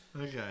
Okay